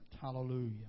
Hallelujah